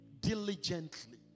Diligently